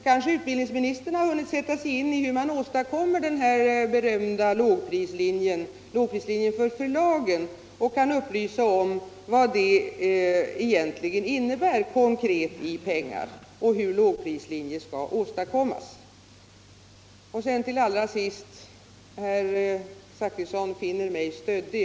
Kanske utbildningsministern har hunnit sätta sig in i hur man skall åstadkomma den här berömda lågprislinjen för förlagen och kan upplysa oss om vad den egentligen innebär konkret i pengar och hur lågprislinjer skall åstadkommas? Herr Zachrisson finner mig stöddig.